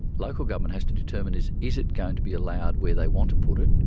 local government has to determine is is it going to be allowed where they want to put it?